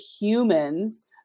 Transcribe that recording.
humans